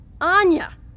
Anya